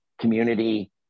community